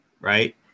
right